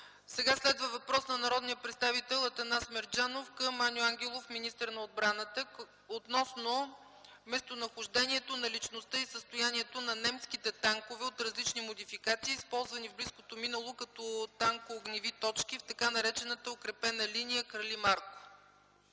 Сега следва въпрос от народния представител Атанас Мерджанов към Аню Ангелов – министър на отбраната, относно местонахождението, наличността и състоянието на немските танкове от различни модификации, използвани в близкото минало като танкоогневи точки в така наречената укрепена линия „Крали Марко”.